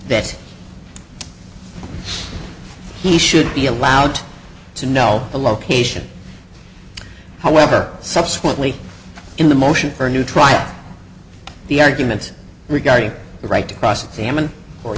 that he should be allowed to know the location however subsequently in the motion for new trial the arguments regarding the right to cross examine or